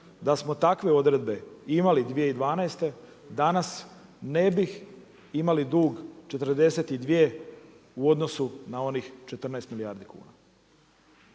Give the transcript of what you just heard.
da smo takve odredbe imali 2012. danas ne bi imali dug 42 u odnosu na onih 14 milijardi kuna.